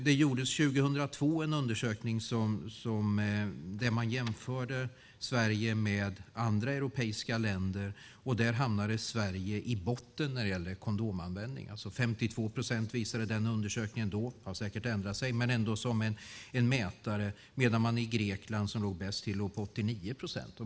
Det gjordes en undersökning 2002 där man jämförde Sverige med andra europeiska länder, och där hamnade Sverige i botten när det gällde kondomanvändning. Den undersökningen visade att det var 52 procent - det har säkert ändrats, men det är ändå en mätare - medan Grekland låg bäst till på 89 procent.